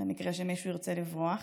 למקרה שמישהו ירצה לברוח.